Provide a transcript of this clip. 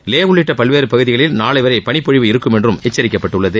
லே உள்ளிட்ட பல்வேறு பகுதிகளில் நாளை வரை பளிப்பொழிவு இருக்கும் என்று எச்சரிக்கப்பட்டுள்ளது